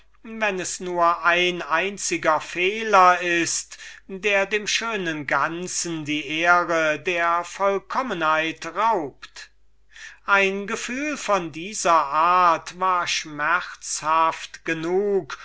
wenn es nur ein einziger fehler ist der dem schönen ganzen die ehre der vollkommenheit raubt ein gefühl von dieser art war schmerzhaft genug